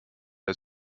der